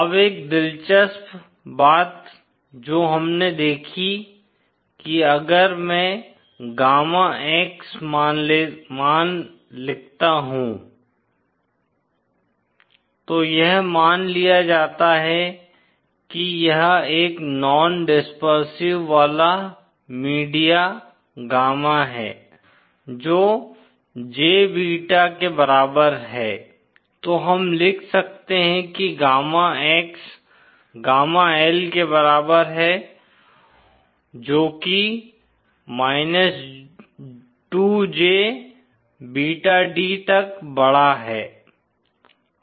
अब एक दिलचस्प बात जो हमने देखी कि अगर मैं गामा X मान लिखता हूं तो यह मान लिया जाता है कि यह एक नॉन डिस्पर्सिव वाला मीडिया गामा है जो j बीटा के बराबर है तो हम लिख सकते हैं कि गामा X गामा L के बराबर है जो कि 2jbeta d तक बढ़ा है